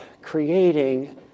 creating